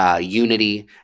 Unity